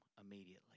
immediately